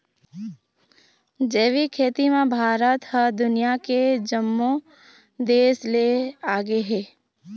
जैविक खेती म भारत ह दुनिया के जम्मो देस ले आगे हे